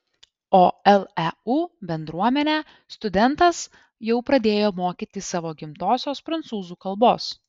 o leu bendruomenę studentas jau pradėjo mokyti savo gimtosios prancūzų kalbos